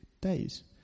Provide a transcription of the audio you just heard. days